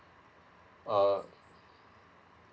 err